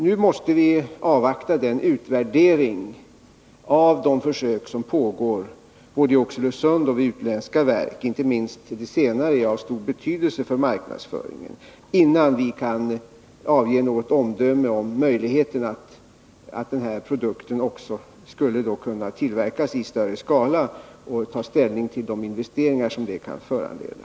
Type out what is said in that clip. Nu måste vi avvakta utvärderingen av de försök som pågår både i Oxelösund och vid utländska järnverk — inte minst de senare är av stor betydelse för marknadsföringen — innan vi kan avge något omdöme om möjligheten att tillverka den här produkten i större skala och ta ställning till de investeringar som det kan föranleda.